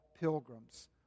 pilgrims